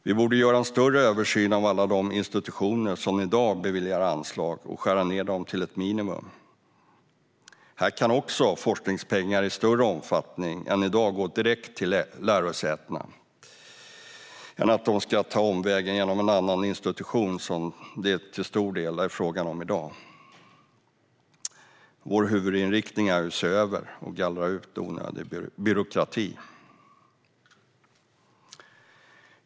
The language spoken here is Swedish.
Vi borde göra en större översyn av alla de institutioner som i dag beviljar anslag och skära ned dem till ett minimum. Här kan också forskningspengar i större omfattning än i dag gå direkt till lärosätena i stället för att de ska ta omvägen genom en annan institution, vilket det till stor del är fråga om i dag. Vår huvudinriktning är att se över och gallra ut onödig byråkrati.